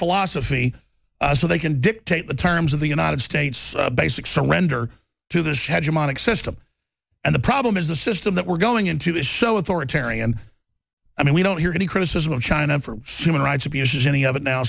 philosophy so they can dictate the terms of the united states a basic some render to the shadow monic system and the problem is the system that we're going into this show authoritarian i mean we don't hear any criticism of china for civil rights abuses any of it now